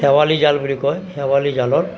শেৱালী জাল বুলি কয় শেৱালী জালত